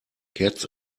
cats